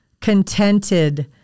contented